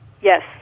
Yes